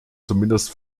zumindest